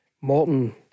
Morton